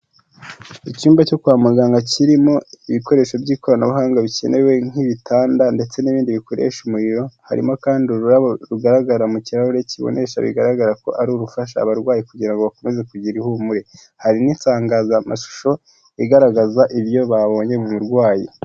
Icyumba cyo kwa muganga kirimo ibikoresho by'ikoranabuhanga bikenewe nk'ibitanda ndetse n'ibindi bikoresha umuriro, harimo kandi ururabo rugaragara mu kirahure kibonesha bigaragara ko arigufasha abarwayi kugira ngo bakomeze kugira ihumure, hari n'insangazamashusho igaragaza ibyo babonye mu burwayi.